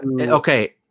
Okay